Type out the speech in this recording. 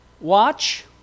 watch